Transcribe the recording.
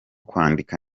kwandika